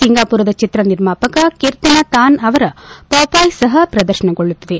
ಸಿಂಗಾಪುರದ ಚಿತ್ರ ನಿರ್ಮಾಪಕ Kirsten Tan ಅವರ ಪಾಪ್ ಆಯಿ ಸಹ ಪ್ರದರ್ಶನಗೊಳ್ಳುತ್ತಿದೆ